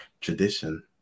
tradition